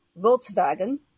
Volkswagen